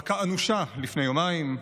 מכה אנושה לפני יומיים.